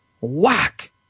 whack